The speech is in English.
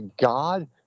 God